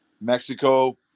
Mexico